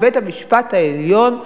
בבית-המשפט העליון,